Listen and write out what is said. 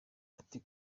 ati